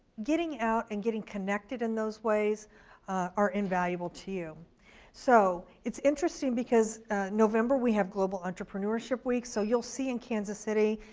getting out and getting connected in those ways are invaluable to so it's interesting because november we have global entrepreneurship week, so you'll see in kansas city,